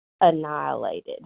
annihilated